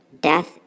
Death